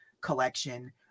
collection